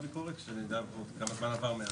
רק שנדע כמה זמן עבר מאז?